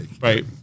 Right